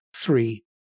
three